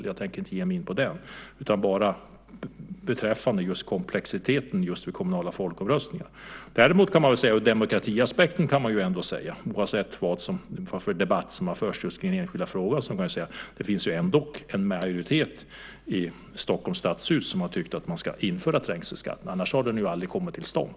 Jag tänker inte ge mig in på det utan bara beröra komplexiteten vid kommunala folkomröstningar. Däremot kan man säga något om demokratiaspekten, oavsett vad för debatt som har förts just i den enskilda frågan. Det finns ändock en majoritet i Stockholms stadshus som har tyckt att man ska införa trängselskatten. Annars hade den ju aldrig kommit till stånd.